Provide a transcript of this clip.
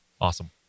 Awesome